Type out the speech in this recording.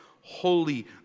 holy